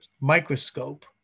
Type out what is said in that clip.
microscope